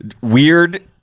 weird